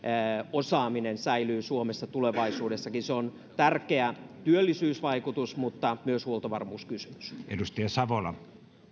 osaaminen säilyy suomessa tulevaisuudessakin se on tärkeä työllisyysvaikutus mutta myös huoltovarmuuskysymys